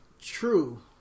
true